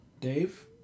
dave